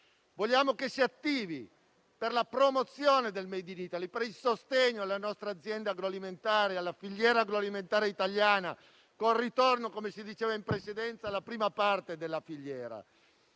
Vogliamo che l'Esecutivo si attivi per la promozione del *made in Italy,* per il sostegno alle nostre aziende e alla filiera agroalimentare italiana, con ritorno, come si diceva in precedenza, alla prima parte della filiera.